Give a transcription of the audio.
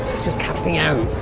it's just capping out